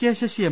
K Sasi M